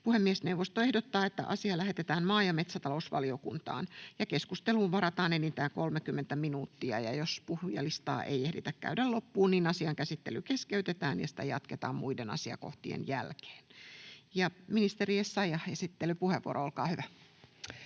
Puhemiesneuvosto ehdottaa, että asia lähetetään maa- ja metsätalousvaliokuntaan. Keskusteluun varataan enintään 30 minuuttia. Jos puhujalistaa ei ehditä käydä loppuun, asian käsittely keskeytetään ja sitä jatketaan muiden asiakohtien jälkeen. — Ministeri Essayah, esittelypuheenvuoro, olkaa hyvä.